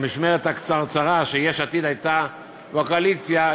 במשמרת הקצרצרה שיש עתיד הייתה בקואליציה,